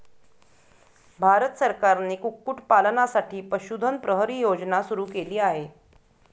भारत सरकारने कुक्कुटपालनासाठी पशुधन प्रहरी योजना सुरू केली आहे